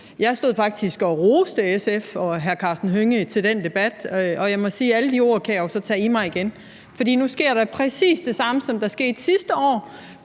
Jeg stod faktisk og roste SF og hr. Karsten Hønge til den debat, og jeg må sige, at alle de ord kan jeg jo så tage i mig igen. For nu sker der præcis det samme, som der skete sidste år.